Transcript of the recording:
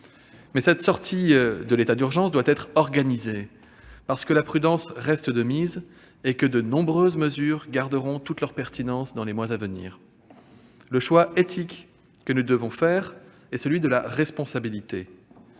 La sortie de l'état d'urgence doit toutefois être organisée, parce que la prudence reste de mise et que de nombreuses mesures garderont toute leur pertinence dans les mois à venir. Le choix éthique que nous devons faire est celui de la responsabilité.